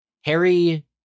Harry